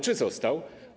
Czy został?